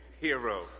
hero